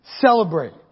Celebrate